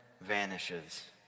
vanishes